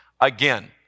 again